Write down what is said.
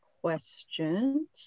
questions